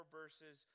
verses